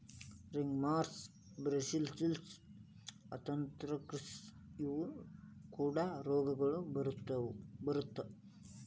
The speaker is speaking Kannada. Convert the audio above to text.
ರಿಂಗ್ವರ್ಮ, ಬ್ರುಸಿಲ್ಲೋಸಿಸ್, ಅಂತ್ರಾಕ್ಸ ಇವು ಕೂಡಾ ರೋಗಗಳು ಬರತಾ